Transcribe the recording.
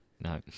No